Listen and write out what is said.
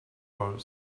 for